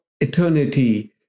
eternity